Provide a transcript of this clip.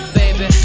baby